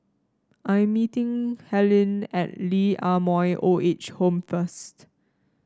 I'm meeting Helyn at Lee Ah Mooi Old Age Home first